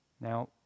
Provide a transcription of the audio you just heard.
Now